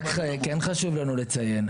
רק כן חשוב לנו לציין.